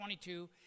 22